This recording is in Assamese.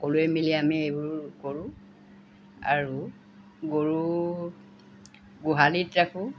সকলোৱে মিলি আমি এইবোৰ কৰোঁ আৰু গৰু গোহালিত ৰাখোঁ